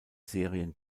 serien